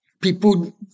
people